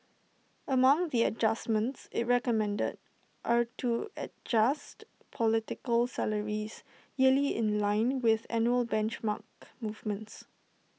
among the adjustments IT recommended are to adjust political salaries yearly in line with annual benchmark movements